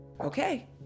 Okay